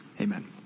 Amen